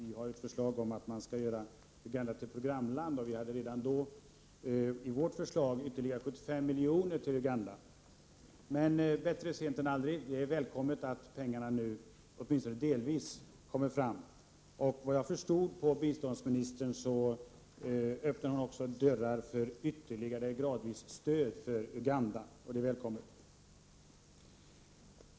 Vi hade ett förslag om att man skulle göra Uganda till programland. Vi föreslog redan då ytterligare 75 milj.kr. till Uganda. Men bättre sent än aldrig, det är välkommet att pengarna, nu åtminstone delvis kommer fram. Enligt vad jag förstod av biståndsministerns uttalande öppnar hon nu också dörrarna för gradvis ytterligare stöd till Uganda. Det är välkommet.